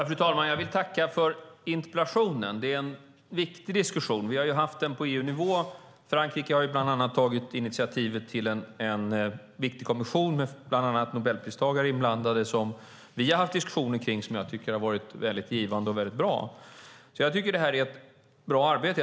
Fru talman! Jag vill tacka för interpellationen. Det är en viktig diskussion. Vi har haft den på EU-nivå. Bland annat Frankrike har tagit initiativ till en viktig kommission, med bland andra Nobelpristagare inblandade, som vi har haft diskussioner kring och som jag tycker har varit mycket givande och bra. Jag tycker att detta är ett bra arbete.